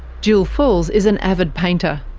jill falls is an avid painter.